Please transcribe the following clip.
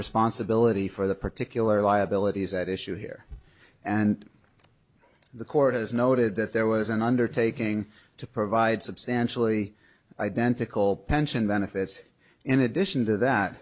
responsibility for the particular liabilities at issue here and the court has noted that there was an undertaking to provide substantially identical pension benefits in addition to that